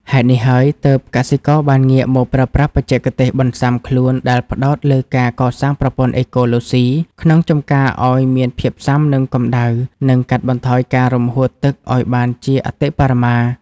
ហេតុនេះហើយ ទើបកសិករបានងាកមកប្រើប្រាស់បច្ចេកទេសបន្ស៊ាំខ្លួនដែលផ្ដោតលើការកសាងប្រព័ន្ធអេកូឡូស៊ីក្នុងចម្ការឱ្យមានភាពស៊ាំនឹងកម្ដៅ និងកាត់បន្ថយការរំហួតទឹកឱ្យបានជាអតិបរមា។